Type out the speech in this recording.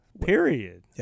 period